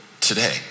today